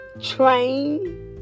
train